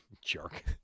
Jerk